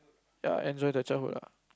ya enjoy the childhood lah